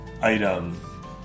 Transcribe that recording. item